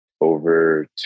over